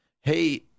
hey